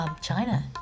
China